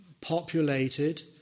populated